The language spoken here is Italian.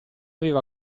aveva